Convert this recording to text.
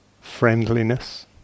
friendliness